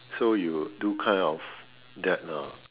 so you would do kind of that lah